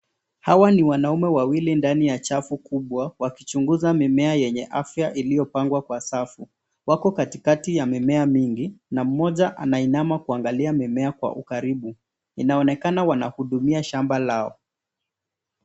Hawa ni wanaume wawili ndani ya chafu kubwa wakichunguza mimea yenye afya iliyopangwa kwa safu. Wako katikati ya mimea nyingi na mmoja anainama kuangalia mimea kwa ukaribu, inaonekana wanahudumia shamba lao.